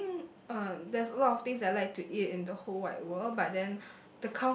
I think uh there's a lot of thing I like to eat and the whole wide world but then